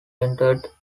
entered